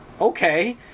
okay